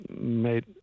made